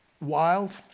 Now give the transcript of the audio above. wild